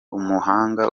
umuhanga